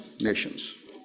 nations